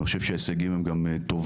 ואני חושב שההישגים הם גם טובים.